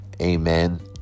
amen